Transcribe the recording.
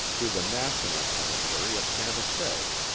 to the national cemetery at santa fe.